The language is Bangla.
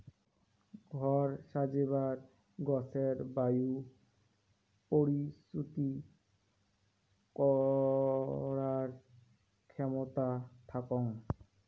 ঘর সাজেবার গছের বায়ু পরিশ্রুতি করার ক্ষেমতা থাকং